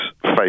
face